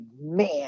man